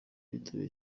bitabiriye